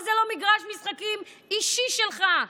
וזה לא מגרש משחקים אישי שלך.